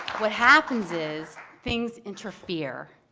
what happens is things interfere.